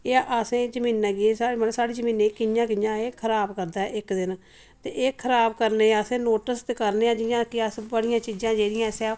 एह् असें जमीनें गी एह् स्हाड़ी मतलब स्हाड़ी जमीनें गी कियां एह् खराब करदा ऐ इक दिन ते एह् खराब करने असें नोटिस ते करने आं जियां कि अस्स बड़ियां चीजां जेह्ड़ियां असें